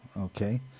okay